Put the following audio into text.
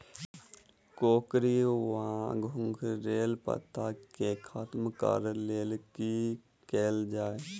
कोकरी वा घुंघरैल पत्ता केँ खत्म कऽर लेल की कैल जाय?